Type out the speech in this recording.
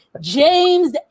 James